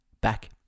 Back